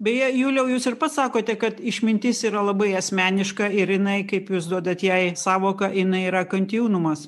beje juliau jūs ir pats sakote kad išmintis yra labai asmeniška ir jinai kaip jūs duodat jai sąvoką jinai yra kontinuumas